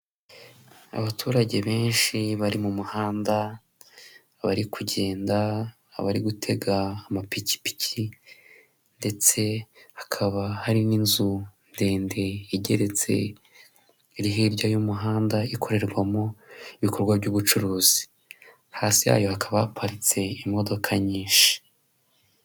Abaturage benshi bari mu muhanda abari kugenda, aba gutega amapikipiki ndetse hakaba hari n'inzu ndende igeretse iri hirya y'umuhanda ikorerwamo ibikorwa by'ubucuruzi, hasi yayo hakaba haparitse imodoka nyinshi.